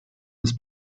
his